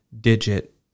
digit